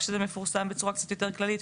כשזה מפורסם בצורה קצת יותר כללית,